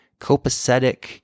copacetic